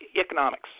economics